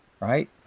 right